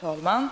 Herr talman!